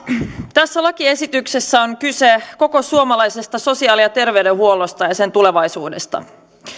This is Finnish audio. tässä lakiesityksessä on kyse koko suomalaisesta sosiaali ja terveydenhuollosta ja sen tulevaisuudesta